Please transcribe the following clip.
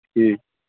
ٹھیٖک